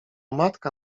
matka